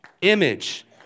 Image